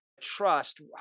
trust